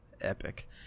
epic